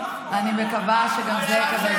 ואני מקווה שגם זה יקבל,